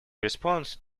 responds